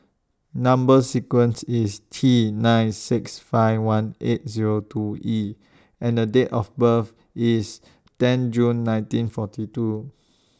Number sequence IS T nine six five one eight Zero two E and Date of birth IS ten June nineteen forty two